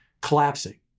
collapsing